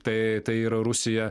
tai tai yra rusija